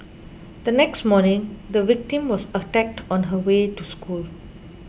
the next morning the victim was attacked on her way to school